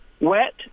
Wet